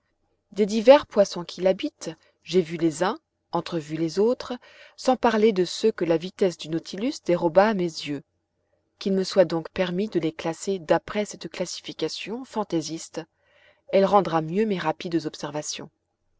des divers poissons qui l'habitent j'ai vu les uns entrevu les autres sans parler de ceux que la vitesse du nautilus déroba à mes yeux qu'il me soit donc permis de les classer d'après cette classification fantaisiste elle rendra mieux mes rapides observations